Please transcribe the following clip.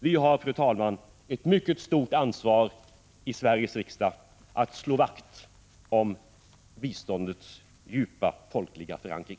Vi har, fru talman, ett mycket stort ansvar i Sveriges riksdag när det gäller att slå vakt om biståndets djupa folkliga förankring.